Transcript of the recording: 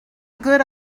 good